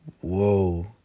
Whoa